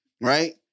right